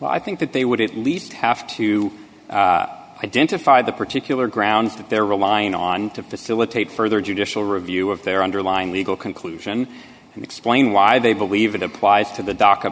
i think that they would at least have to identify the particular grounds that they're relying on to facilitate further judicial review of their underlying legal conclusion and explain why they believe it applies to the doc